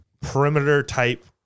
perimeter-type